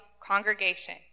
congregation